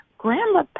Grandma